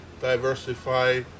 diversify